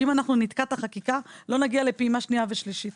כי אם אנחנו נתקע את החקיקה לא נגיע לפעימה שנייה ושלישית.